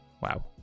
Wow